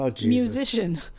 musician